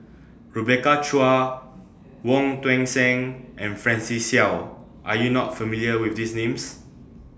Rebecca Chua Wong Tuang Seng and Francis Seow Are YOU not familiar with These Names